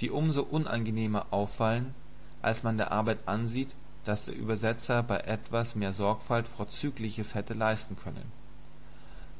die um so unangenehmer auffallen als man der arbeit ansieht daß der übersetzer bei etwas mehr sorgfalt vorzügliches hätte leisten können